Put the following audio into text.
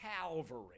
Calvary